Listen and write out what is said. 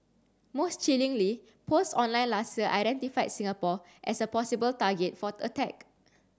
most chillingly posts online last year identified Singapore as a possible target for attack